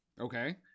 Okay